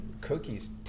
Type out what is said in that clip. cookies